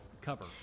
cover